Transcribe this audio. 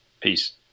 Peace